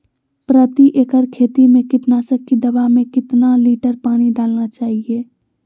प्रति एकड़ खेती में कीटनाशक की दवा में कितना लीटर पानी डालना चाइए?